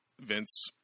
Vince